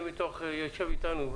הוא יושב אתנו.